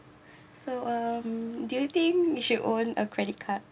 so um do you think you should own a credit card